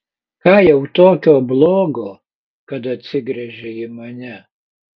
ką jau tokio blogo kad atsigręžei į mane